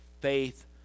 Faith